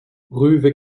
rue